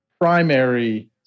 primary